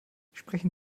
sprechen